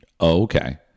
okay